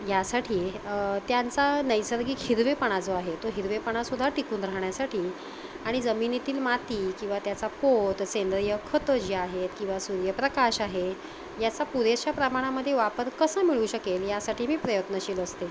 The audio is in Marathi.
यासाठी त्यांचा नैसर्गिक हिरवेपणा जो आहे तो हिरवेपणासुधार टिकून राहण्यासाठी आणि जमिनीतील माती किंवा त्याचा पोत सेंद्रिय खत जी आहेत किंवा सूर्यप्रकाश आहे याचा पुरेशा प्रमाणामध्ये वापर कसा मिळू शकेल यासाठी मी प्रयत्नशील असते